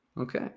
Okay